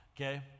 Okay